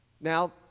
now